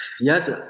yes